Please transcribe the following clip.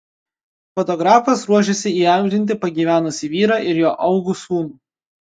fotografas ruošiasi įamžinti pagyvenusį vyrą ir jo augų sūnų